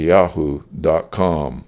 Yahoo.com